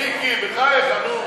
מיקי, בחייך, נו.